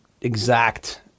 exact